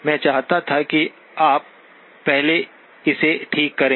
मैं चाहता था कि आप पहले इसे ठीक करें